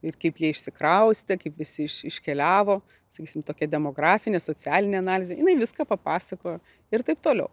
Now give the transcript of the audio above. ir kaip jie išsikraustė kaip visi iš iškeliavo sakysim tokia demografinė socialinė analizė jinai viską papasakojo ir taip toliau